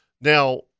Now